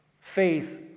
faith